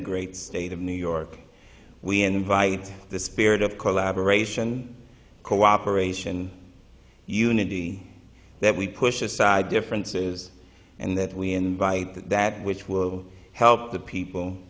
the great state of new york we invite the spirit of collaboration cooperation unity that we push aside differences and that we invite that which will help the people